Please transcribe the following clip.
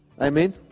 Amen